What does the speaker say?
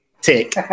Tick